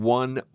one